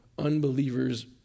Unbelievers